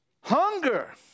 Hunger